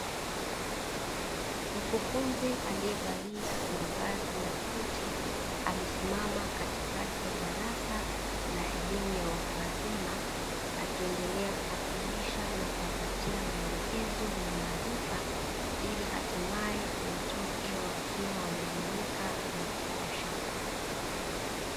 Mkufunzi aliyevalia mavazi ya suti amesimama katikati ya darasa la elimu ya watu wazima, akiendelea kuwafundisha na kuwapatia maelekezo na maarifa ili hatimaye watoke wakiwa wameelimika vya kutosha.